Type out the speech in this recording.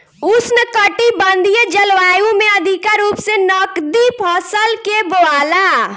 उष्णकटिबंधीय जलवायु में अधिका रूप से नकदी फसल के बोआला